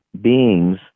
beings